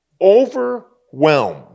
overwhelmed